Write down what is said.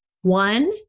One